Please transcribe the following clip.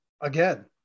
again